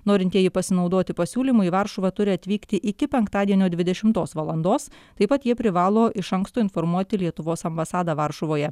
norintieji pasinaudoti pasiūlymu į varšuvą turi atvykti iki penktadienio dvidešimtos valandos taip pat jie privalo iš anksto informuoti lietuvos ambasadą varšuvoje